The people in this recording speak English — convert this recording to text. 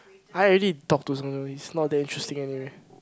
I already to talk to someone it's not that interesting anyway